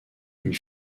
une